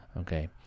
Okay